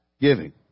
Giving